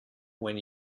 when